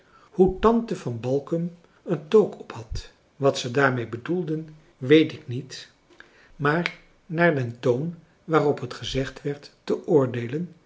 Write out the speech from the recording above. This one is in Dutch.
hoe tante van balkum een toque op had wat ze daarmee bedoelden weet ik niet maar naar den toon waarop het gezegd werd te oordeelen